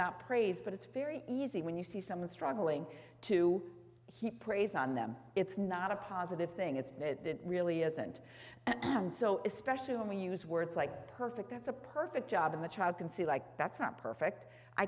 not praise but it's very easy when you see someone struggling to heap praise on them it's not a positive thing it's that really isn't so is especially when we use words like perfect that's a perfect job in the child can see like that's not perfect i